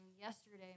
yesterday